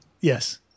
Yes